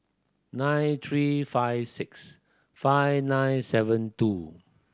nine three five six five nine seven two